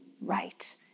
right